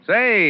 Say